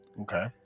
Okay